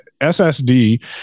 SSD